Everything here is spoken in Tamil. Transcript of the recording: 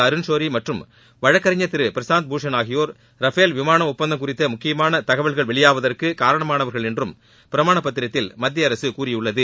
அருண் ஷோரி மற்றும் வழக்கறிஞர் திரு பிரசாந்த் பூஷண் ஆகியோா் ரஃபேல் விமானம் ஒப்பந்தம் குறித்த முக்கியமான தகவல்கள் வெளியாவதற்கு காரணமானவர்கள் என்றும் பிரமாண பத்திரத்தில் மத்திய அரசு கூறியுள்ளது